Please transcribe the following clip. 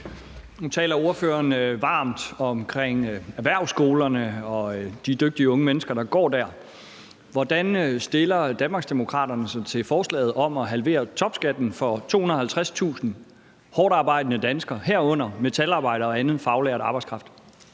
Nu taler ordføreren varmt om erhvervsskolerne og de dygtige unge mennesker, der går dér. Hvordan stiller Danmarksdemokraterne sig til forslaget om at halvere topskatten for 250.000 hårdtarbejdende danskere, herunder metalarbejdere og anden faglært arbejdskraft?